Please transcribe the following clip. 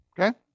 Okay